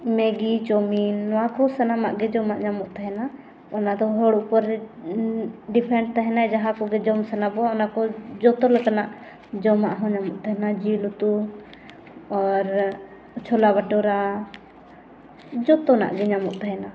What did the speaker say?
ᱢᱮᱜᱤ ᱪᱟᱣᱢᱤᱱ ᱱᱚᱣᱟ ᱠᱚ ᱥᱟᱱᱟᱢᱟᱜ ᱜᱮ ᱡᱚᱢᱟᱜ ᱧᱟᱢᱚᱜ ᱛᱟᱦᱮᱱᱟ ᱚᱱᱟ ᱫᱚ ᱦᱚᱲ ᱩᱯᱚᱨ ᱨᱮ ᱛᱟᱦᱮᱱᱟ ᱡᱟᱦᱟᱸ ᱠᱚᱜᱮ ᱡᱚᱢ ᱥᱟᱱᱟᱵᱚ ᱚᱱᱟ ᱠᱚ ᱡᱚᱛᱚ ᱞᱮᱠᱟᱱᱟᱜ ᱡᱚᱢᱟᱜ ᱦᱚᱸ ᱧᱟᱢᱚᱜ ᱛᱟᱦᱮᱱᱟ ᱡᱤᱞ ᱩᱛᱩ ᱟᱨ ᱪᱷᱚᱞᱟ ᱵᱟᱹᱴᱩᱨᱟ ᱡᱚᱛᱚᱱᱟᱜ ᱜᱮ ᱧᱟᱢᱚᱜ ᱛᱟᱦᱮᱱᱟ